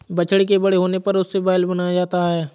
बछड़े के बड़े होने पर उसे बैल बनाया जाता है